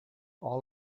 all